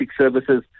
services